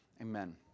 Amen